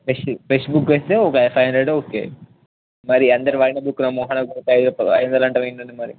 ఫెష్ fresh book ఇస్తే ఒక five hundred okay మరి అందరి వాడిన బుక్కు నా ముఖాన కొడతా ఐదు వందలు అంటారు ఏంటండి మరి